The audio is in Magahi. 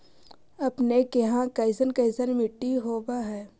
अपने के यहाँ कैसन कैसन मिट्टी होब है?